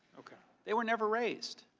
they were never raised.